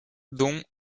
dont